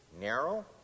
narrow